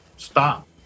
stop